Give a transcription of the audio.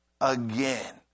again